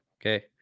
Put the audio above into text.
Okay